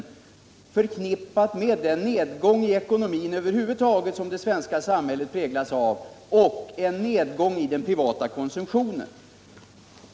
Allt förknippat med den nedgång i ekonomin som det svenska samhället präglas av och med en minskning i den privata konsumtionen.